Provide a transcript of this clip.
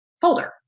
folder